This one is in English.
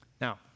Now